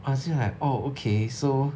I say like oh okay so